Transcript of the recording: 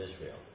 Israel